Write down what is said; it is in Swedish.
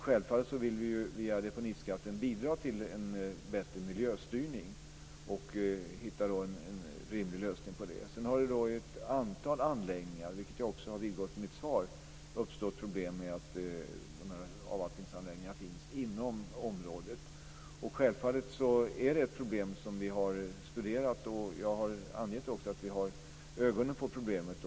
Självfallet vill vi via deponiskatten bidra till en rimlig lösning på miljöstyrningen. Jag har vidgått i mitt svar att det vid ett antal anläggningar har uppstått problem med att avvattningsanläggningar finns inom området. Det är ett problem som vi har studerat, och jag har angett att vi har ögonen på problemet.